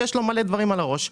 שיש לו הרבה דברים על הראש,